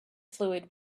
fluid